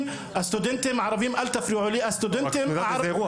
הערבים --- איזה אירוע?